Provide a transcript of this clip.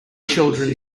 children